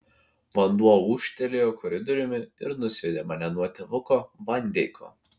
vanduo ūžtelėjo koridoriumi ir nusviedė mane nuo tėvuko van deiko